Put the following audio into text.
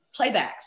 playbacks